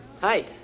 Hi